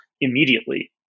immediately